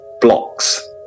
blocks